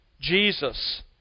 Jesus